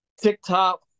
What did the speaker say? TikTok